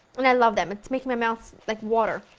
and i love them, it's making my mouth, like, water.